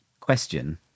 Question